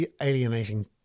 alienating